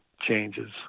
Changes